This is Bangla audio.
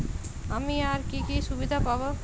আমি আর কি কি সুবিধা পাব?